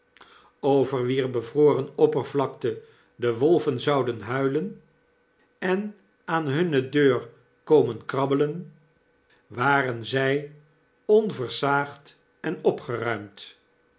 over wier bevroren oppervlakte de wolven zouden huilen en aan hunne deur komen krabbelen waren zi onversaagd en opgeruimd